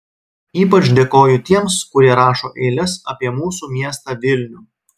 ypač dėkoju tiems kurie rašo eiles apie mūsų miestą vilnių